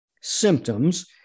symptoms